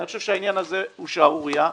אני חושב שהעניין הזה הוא שערורייה.